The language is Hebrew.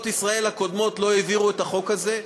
ישראל הקודמות לא העבירו את החוק הזה,